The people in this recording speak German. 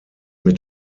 mit